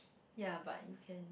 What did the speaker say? ya but you can